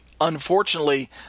unfortunately